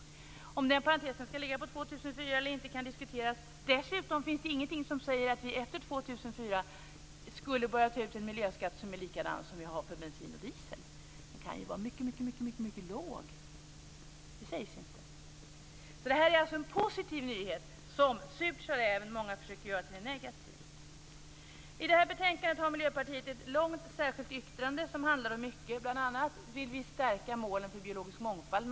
Om den parentesen skall ligga på år 2004 eller inte kan diskuteras. Dessutom finns det ingenting som säger att vi efter 2004 skulle börja ta ut en miljöskatt som är likadan som den vi har för bensin och diesel. Den kan ju vara mycket låg. Det sägs inte. Det här är alltså en positiv nyhet som, surt sa' räven, många försöker göra till en negativ. I det här betänkandet har Miljöpartiet ett långt särskilt yttrande som handlar om mycket, bl.a. vill vi stärka målen för biologisk mångfald.